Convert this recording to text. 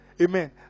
Amen